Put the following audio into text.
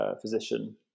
physician